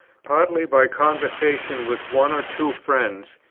partly by conversation with one or two friends,